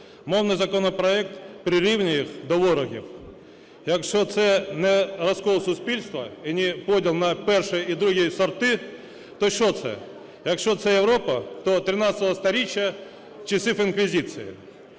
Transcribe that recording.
Мовний законопроект прирівнює їх до ворогів. Якщо це не розкол суспільства і не поділ на перший і другий сорти, то що це? Якщо це Європа, то ХІІІ сторіччя часів інквізиції.